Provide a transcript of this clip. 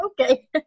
okay